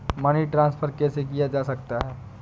Money transfer कैसे किया जा सकता है?